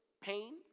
pain